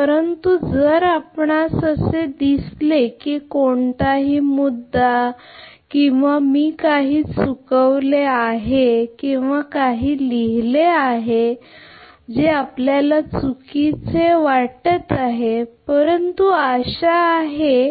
परंतु जर आपणास असे दिसले की कोणताही मुद्दा किंवा मी काही चुकवलेले किंवा काही लिहिलेले आहे जे आपल्याला चुकीचे माहित आहे परंतु नंतर आशा आहे